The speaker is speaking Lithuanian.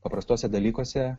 paprastuose dalykuose